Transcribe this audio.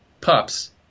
pups